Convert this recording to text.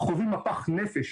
חווים מפח נפש